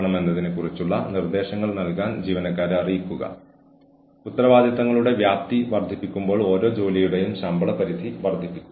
കൂടാതെ അതാകട്ടെ ജീവനക്കാരിൽ നിന്ന് പരമാവധി ഔട്ട്പുട്ട് ലഭിക്കുന്നതിന് ഓർഗനൈസേഷനെ സഹായിക്കുന്നു